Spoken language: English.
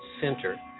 center